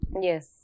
Yes